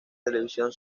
televisión